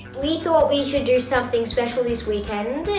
we thought we should do something special this weekend.